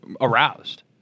aroused